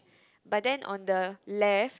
but then on the left